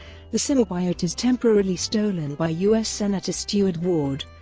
the symbiote is temporarily stolen by u s. senator steward ward,